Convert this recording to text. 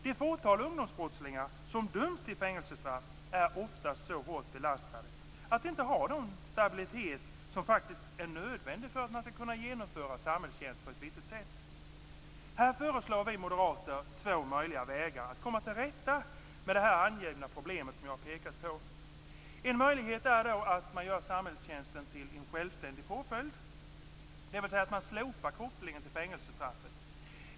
De fåtal ungdomsbrottslingar som döms till fängelsestraff är oftast så tungt belastade att de inte har den stabilitet som faktiskt är nödvändig för att kunna genomföra samhällstjänst på ett vettigt sätt. Här föreslår vi moderater två möjliga vägar för att komma till rätta med det angivna problemet. En möjlighet är att man gör samhällstjänsten till en självständig påföljd, dvs. att man slopar kopplingen till fängelsestraffet.